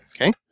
Okay